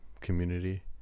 community